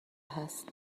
هست